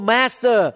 Master